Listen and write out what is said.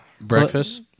Breakfast